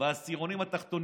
בעשירונים התחתונים,